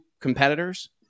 competitors